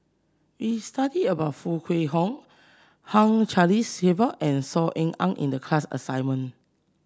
we studied about Foo Kwee Horng Hugh Charles Clifford and Saw Ean Ang in the class assignment